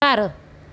ਘਰ